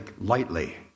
lightly